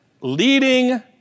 leading